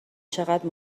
چقدر